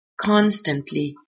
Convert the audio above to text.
constantly